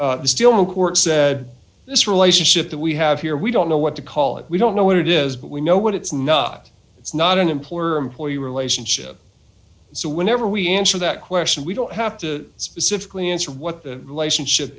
no court said this relationship that we have here we don't know what to call it we don't know what it is but we know what it's not it's not an employer employee relationship so whenever we answer that question we don't have to specifically answer what the relationship